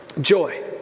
joy